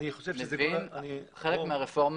חלק מהרפורמה